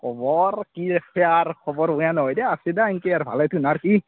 খবৰ কি আছে আৰু খবৰ বেয়া নহয় দা আছে দা এনকৈ আৰু ভালেই তুহনাৰ কি